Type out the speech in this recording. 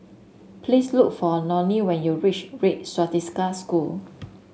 please look for Loni when you reach Red Swastika School